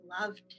loved